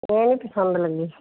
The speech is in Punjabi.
ਇਹ ਨਹੀਂ ਪਸੰਦ ਲੱਗੀ